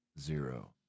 zero